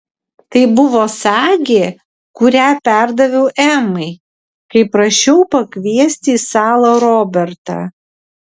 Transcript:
tai buvo sagė kurią perdaviau emai kai prašiau pakviesti į salą robertą